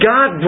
God